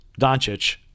Doncic